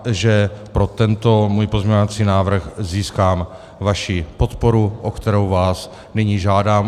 Doufám, že pro tento svůj pozměňovací návrh získám vaši podporu, o kterou vás nyní žádám.